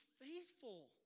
faithful